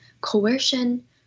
coercion